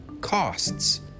costs